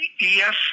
yes